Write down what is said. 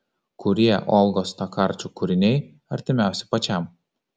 kurie olgos tokarčuk kūriniai artimiausi pačiam